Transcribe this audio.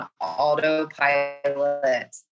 autopilot